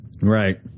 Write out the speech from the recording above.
Right